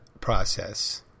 process